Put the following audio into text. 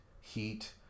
heat